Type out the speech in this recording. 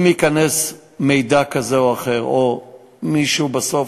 אם ייכנס מידע כזה או אחר או מישהו בסוף,